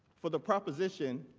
for the proposition